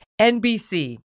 NBC